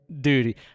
duty